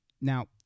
now